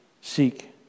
seek